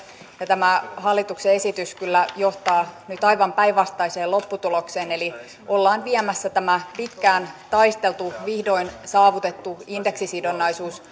ja tämä hallituksen esitys kyllä johtaa nyt aivan päinvastaiseen lopputulokseen eli ollaan viemässä tämä pitkään taisteltu vihdoin saavutettu indeksisidonnaisuus